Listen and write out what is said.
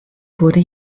wurde